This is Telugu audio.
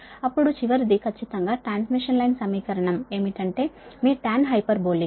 అప్పుడు చివరిది ఖచ్చితంగా ట్రాన్స్మిషన్ లైన్ సమీకరణం ఏమిటంటే మీ టాన్ హైపర్బోలిక్